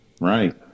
Right